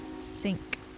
sink